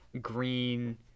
green